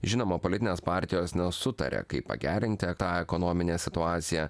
žinoma politinės partijos nesutaria kaip pagerinti tą ekonominę situaciją